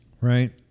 Right